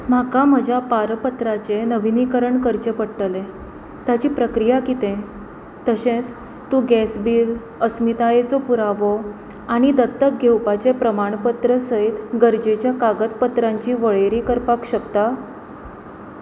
म्हाका म्हज्या पारपत्राचें नविनीकरण करचें पडटलें ताची प्रक्रिया कितें तशेंच तूं गॅस बील अस्मितायेचो पुरावो आनी दत्तक घेवपाचें प्रमाणपत्र सयत गरजेचे कागदपत्रांची वळेरी करपाक शकता